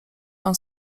pan